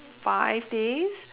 five days